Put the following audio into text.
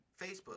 Facebook